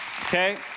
Okay